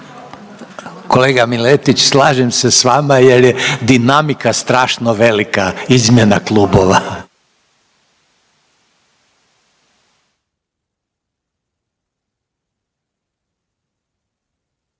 Kolega Miletić, slažem se s vama jer je dinamika strašno velika izmjena klubova.